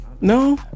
No